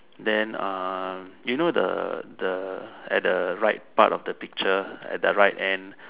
then ah you know the the at the right part of the picture at the right end